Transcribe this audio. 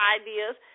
ideas